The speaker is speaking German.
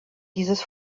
dieses